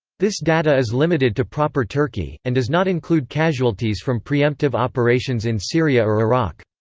this data is limited to proper turkey, and does not include casualties from preemptive operations in syria or iraq.